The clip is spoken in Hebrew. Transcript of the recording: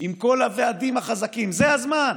עם כל הוועדים החזקים, זה הזמן.